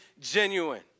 genuine